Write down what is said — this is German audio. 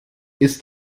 ist